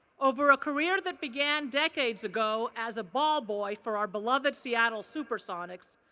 over a career that began decades ago as a ball-boy for our beloved seattle supersonics,